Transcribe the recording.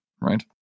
right